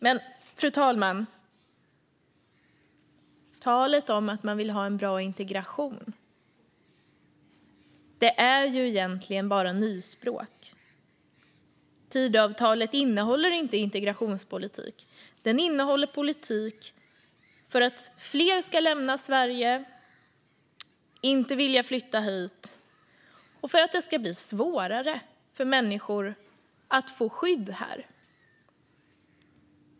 Men, fru talman, talet om att man vill ha en bra integration är egentligen bara nyspråk. Tidöavtalet innehåller ingen integrationspolitik. Det innehåller politik för att fler ska lämna Sverige eller inte vilja flytta hit och för att det ska bli svårare för människor att få skydd här.